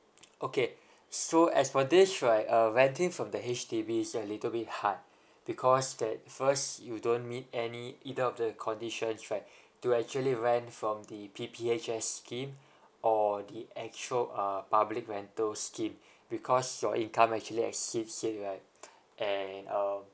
okay so as for this right uh renting from the H_D_B is a little bit hard because that first you don't meet any either of the conditions right to actually rent from the P P H S scheme or the actual uh public rental scheme because your income actually exceeds it right and uh